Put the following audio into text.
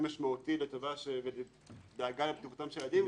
משמעותי לטובה ודאגה לבטיחותם של ילדים.